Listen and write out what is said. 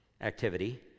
activity